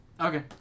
Okay